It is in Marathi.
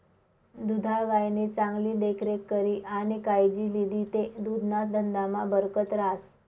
दुधाळ गायनी चांगली देखरेख करी आणि कायजी लिदी ते दुधना धंदामा बरकत रहास